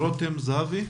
שלום לכולם.